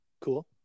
Cool